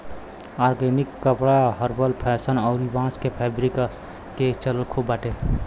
organic कपड़ा herbal fashion अउरी बांस के फैब्रिक के चलन खूब बाटे